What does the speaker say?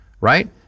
right